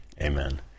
Amen